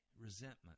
resentment